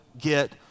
get